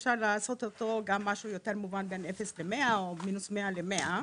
אפשר לעשות אותו גם משהו יותר מובן בין 0 ל-100 או 100- ל-100,